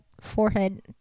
forehead